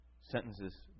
sentences